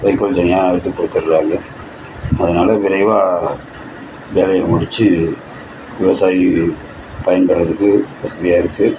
வைக்கோல் தனியாக எடுத்து கொடுத்தறாங்க அதனால் விரைவாக வேலையை முடிச்சு விவசாயி பயன்பெறதுக்கு வசதியாக இருக்குது